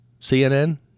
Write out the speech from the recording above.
CNN